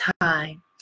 time